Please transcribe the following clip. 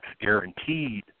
guaranteed